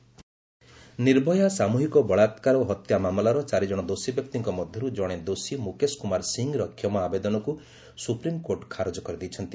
SC Nirbhaya Nirbhaya ସାମୃହିକ ବଳାକ୍କାର ଓ ହତ୍ୟା ମାମଲାର ଚାରିଜଣ ଦୋଷୀବ୍ୟକ୍ତିଙ୍କ ମଧ୍ୟରୁ ଜଣେ ଦୋଷୀ ମୁକେଶ କୁମାର ସିଂର କ୍ଷମା ଆବେଦନକୁ ସୁପ୍ରିମକୋର୍ଟ ଖାରଜ କରିଦେଇଛନ୍ତି